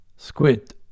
squid